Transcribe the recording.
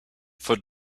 for